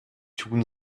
tun